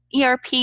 ERP